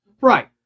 Right